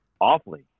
awfully